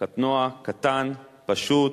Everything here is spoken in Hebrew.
קטנוע, קטן, פשוט,